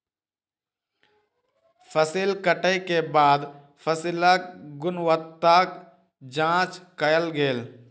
फसिल कटै के बाद फसिलक गुणवत्ताक जांच कयल गेल